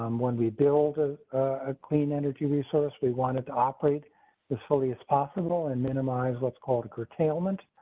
um when we build a ah clean energy resource, we want it to operate as fully as possible and minimize what's called called talent